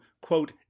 quote